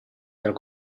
della